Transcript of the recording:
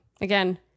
Again